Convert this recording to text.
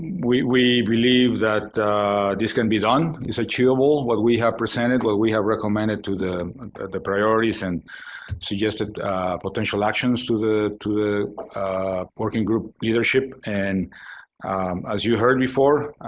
we we believe that this can be done. it's achievable, what we have presented, what we have recommended to the the priorities and suggested potential actions to the to the working group leadership. and as you heard before,